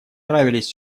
нравились